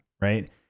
right